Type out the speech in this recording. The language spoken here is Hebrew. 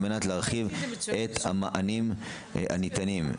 על מנת להרחיב את המענים הניתנים.